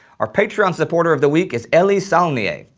our patreon supporter of the week is elie saulnier.